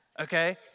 okay